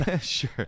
Sure